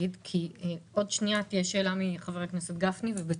עוד שנייה תהיה שאלה מחבר הכנסת גפני ובצדק.